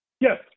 yes